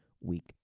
week